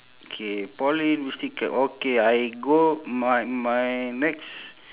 K poly university c~ okay I go my my next